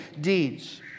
deeds